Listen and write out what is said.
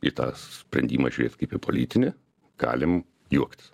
į tą sprendimą žiūrėt kaip į politinį galim juoktis